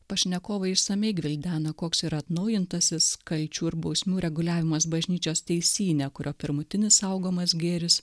pašnekovai išsamiai gvildena koks yra atnaujintasis skaičių ir bausmių reguliavimas bažnyčios teisyne kurio pirmutinis saugomas gėris